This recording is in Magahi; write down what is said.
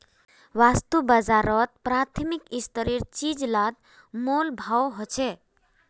वास्तु बाजारोत प्राथमिक स्तरेर चीज़ लात मोल भाव होछे